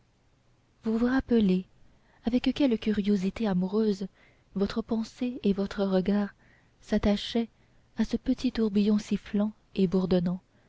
vous vous rappelez avec quelle curiosité amoureuse votre pensée et votre regard s'attachaient à ce petit tourbillon sifflant et bourdonnant